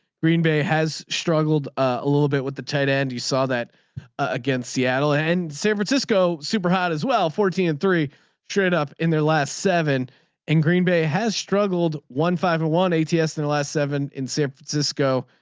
green bay has struggled a little bit with the tight end. you saw that against seattle and san francisco superhot as well fourteen three trade up in their last seven in green bay has struggled one five or one eight test in the last seven in san francisco.